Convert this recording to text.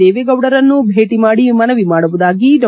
ದೇವೇಗೌಡರನ್ನೂ ಭೇಟಿ ಮಾಡಿ ಮನವಿ ಮಾಡುವುದಾಗಿ ಡಾ